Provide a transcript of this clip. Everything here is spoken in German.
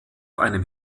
einem